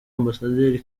ambasaderi